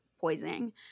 poisoning